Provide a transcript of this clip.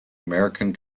american